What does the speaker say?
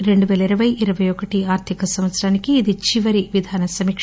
రెండువేల ఇరవై ఇరవై ఒకటి ఆర్థిక సంవత్సరానికి ఇది చివరి విధాన సమీక